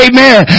Amen